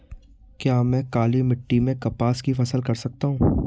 क्या मैं काली मिट्टी में कपास की फसल कर सकता हूँ?